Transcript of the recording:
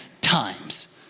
times